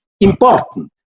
important